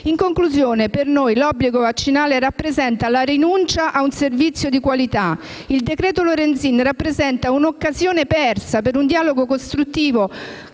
In conclusione, l'obbligo vaccinale rappresenta per noi la rinuncia a un servizio di qualità. Il decreto-legge Lorenzin rappresenta un'occasione persa per un dialogo costruttivo